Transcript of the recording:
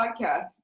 podcast